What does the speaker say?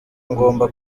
ngomba